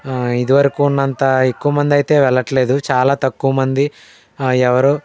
ఇదివరకు ఉన్నంత ఎక్కువ మంది అయితే వెళ్ళట్లేదు చాలా తక్కువ మంది ఎవరు